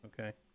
okay